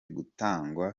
gutangwa